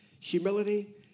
humility